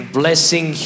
blessing